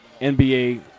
NBA